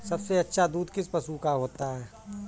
सबसे अच्छा दूध किस पशु का होता है?